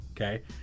okay